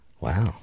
Wow